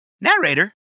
Narrator